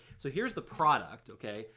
so here's the product, okay?